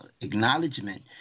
acknowledgement